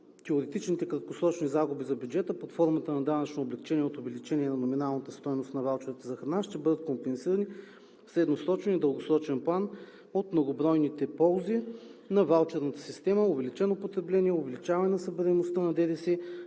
теоретичните краткосрочни загуби за бюджета под формата на данъчно облекчение от увеличение на номиналната стойност на ваучерите за храна ще бъдат компенсирани в средносрочен и дългосрочен план от многобройните ползи на ваучерната система – увеличено потребление, увеличаване на събираемостта на ДДС